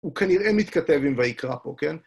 הוא כנראה מתכתב עם וייקרא פה, כן?